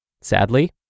Sadly